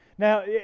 Now